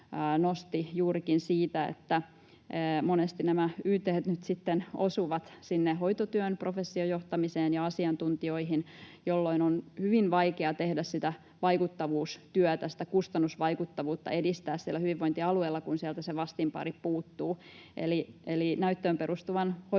juurikin siitä, että monesti nämä yt:t nyt sitten osuvat sinne hoitotyön professiojohtamiseen ja asiantuntijoihin, jolloin on hyvin vaikea tehdä sitä vaikuttavuustyötä, sitä kustannusvaikuttavuutta edistää siellä hyvinvointialueella, kun sieltä se vastinpari puuttuu. Eli näyttöön perustuvan hoitotyön